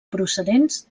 procedents